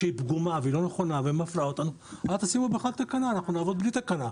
איך תעבוד בלי תקנה?